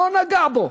לא נגע בו.